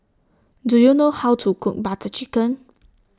Do YOU know How to Cook Butter Chicken